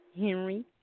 Henry